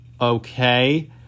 okay